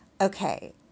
okay